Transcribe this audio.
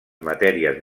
matèries